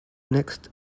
next